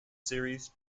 series